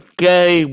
Okay